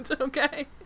Okay